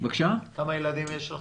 כמה ילדים יש לכם?